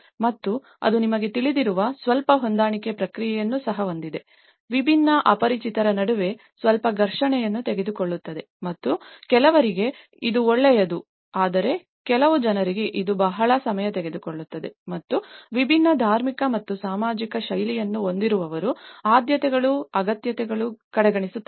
ಮತ್ತು ಅದು ನಿಮಗೆ ತಿಳಿದಿರುವ ಸ್ವಲ್ಪ ಹೊಂದಾಣಿಕೆ ಪ್ರಕ್ರಿಯೆಯನ್ನು ಸಹ ಹೊಂದಿದೆ ವಿಭಿನ್ನ ಅಪರಿಚಿತರ ನಡುವೆ ಸ್ವಲ್ಪ ಘರ್ಷಣೆಯನ್ನು ತೆಗೆದುಕೊಳ್ಳುತ್ತದೆ ಮತ್ತು ಕೆಲವರಿಗೆ ಇದು ಒಳ್ಳೆಯದು ಆದರೆ ಕೆಲವು ಜನರಿಗೆ ಇದು ಬಹಳ ಸಮಯ ತೆಗೆದುಕೊಳ್ಳುತ್ತದೆ ಮತ್ತು ವಿಭಿನ್ನ ಧಾರ್ಮಿಕ ಮತ್ತು ಜೀವನಶೈಲಿಯನ್ನು ಹೊಂದಿರುವವರ ಆದ್ಯತೆಗಳು ಮತ್ತು ಅಗತ್ಯಗಳನ್ನು ಕಡೆಗಣಿಸುತ್ತದೆ